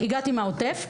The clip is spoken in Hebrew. הגעתי מהעוטף,